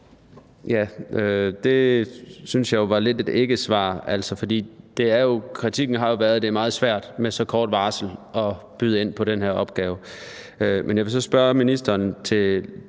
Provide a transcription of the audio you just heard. (V): Det synes jeg jo var lidt et ikkesvar, for kritikken er jo gået på, at det er meget svært med så kort varsel at byde ind på den her opgave. Men jeg vil så spørge ministeren –